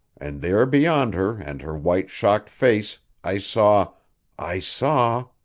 and there beyond her and her white, shocked face, i saw i saw